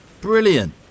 Brilliant